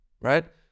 right